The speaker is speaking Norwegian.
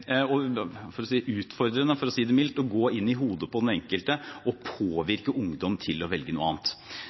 utfordrende, for si det mildt – å gå inn i hodet på den enkelte og påvirke ungdom til å velge noe annet.